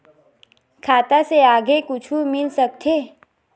खाता से आगे कुछु मिल सकथे?